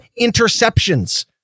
interceptions